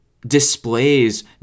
displays